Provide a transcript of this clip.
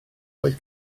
oedd